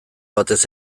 batez